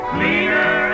Cleaner